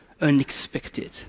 unexpected